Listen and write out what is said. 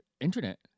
Internet